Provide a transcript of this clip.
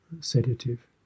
sedative